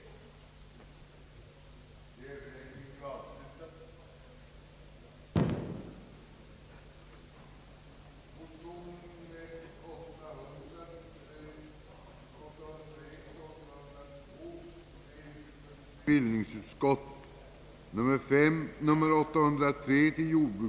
litiken mot bakgrunden av de senaste årens snabba strukturförvandling av den kollektiva trafiken. kartläggning av de trafikmässiga, ekonomiska, sociala och lokaliseringspolitiska aspekterna på den år 1963 beslutade statliga trafikpolitiken;